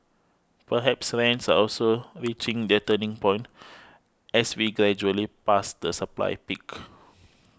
perhaps rents are also reaching their turning point as we gradually pass the supply peak